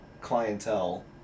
clientele